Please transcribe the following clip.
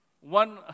One